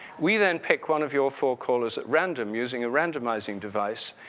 we then pick one of your four callers at random using a randomizing device.